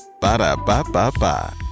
Ba-da-ba-ba-ba